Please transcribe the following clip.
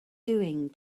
doing